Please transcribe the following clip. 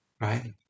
right